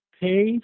Pay